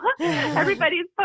everybody's